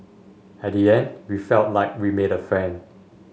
at the end we felt like we made a friend